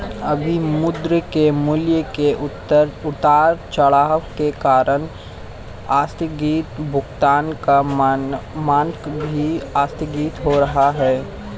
अभी मुद्रा के मूल्य के उतार चढ़ाव के कारण आस्थगित भुगतान का मानक भी आस्थगित हो रहा है